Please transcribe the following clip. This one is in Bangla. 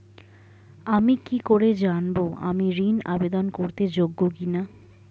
আমি কি করে জানব আমি ঋন আবেদন করতে যোগ্য কি না?